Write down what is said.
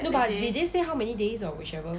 no but did they say how many days or whichever